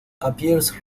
appears